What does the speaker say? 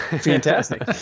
Fantastic